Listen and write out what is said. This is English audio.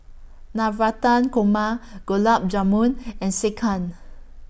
Navratan Korma Gulab Jamun and Sekihan